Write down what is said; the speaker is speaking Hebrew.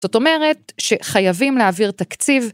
זאת אומרת, שחייבים להעביר תקציב